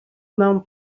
mewn